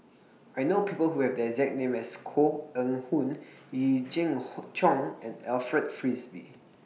I know People Who Have The exact name as Koh Eng Hoon Yee Jenn Jong and Alfred Frisby